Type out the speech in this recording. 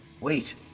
Wait